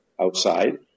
outside